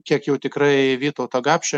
kiek jau tikrai vytauto gapšio